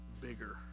bigger